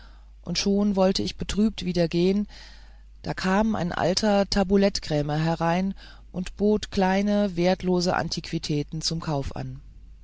und schon wollte ich betrübt wieder gehen da kam ein alter tabulettkrämer herein und bot kleine wertlose antiquitäten zum kauf an